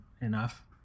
enough